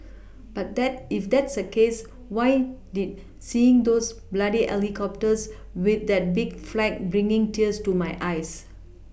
but that if that's a case why did seeing those bloody helicopters with that big flag bring tears to my eyes